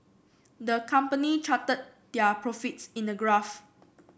the company charted their profits in a graph